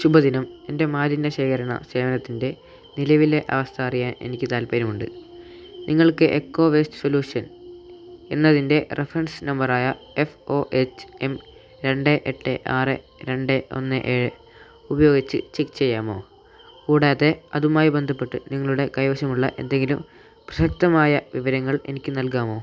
ശുഭദിനം എൻ്റെ മാലിന്യ ശേഖരണ സേവനത്തിൻ്റെ നിലവിലെ അവസ്ഥ അറിയാൻ എനിക്ക് താൽപ്പര്യമുണ്ട് നിങ്ങൾക്ക് എക്കോ വേസ്റ്റ് സൊല്യൂഷൻ എന്നതിൻ്റെ റഫറൻസ് നമ്പറായ എഫ് ഒ എച് എം രണ്ട് എട്ട് ആറ് രണ്ട് ഒന്ന് ഏഴ് ഉപയോഗിച്ച് ചെക്ക് ചെയ്യാമോ കൂടാതെ അതുമായി ബന്ധപ്പെട്ട് നിങ്ങളുടെ കൈവശമുള്ള എന്തെങ്കിലും പ്രസക്തമായ വിവരങ്ങൾ എനിക്ക് നൽകാമോ